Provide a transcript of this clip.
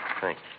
Thanks